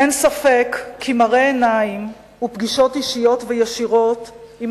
אין ספק כי מראה עיניים ופגישות אישיות וישירות עם